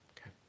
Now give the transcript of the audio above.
Okay